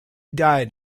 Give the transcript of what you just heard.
died